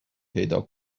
پیدا